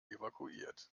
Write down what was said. evakuiert